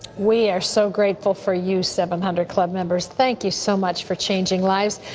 we are so grateful for you, seven hundred club members. thank you so much for changing lives.